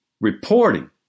reporting